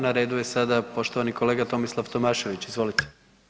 Na redu je sada poštovani kolega Tomislav Tomašević, izvolite.